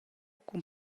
cun